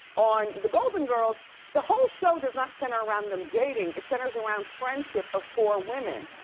on the golden girls the whole show does not center around them dating. it centers around friendship of four women.